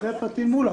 אחרי פטין מולא.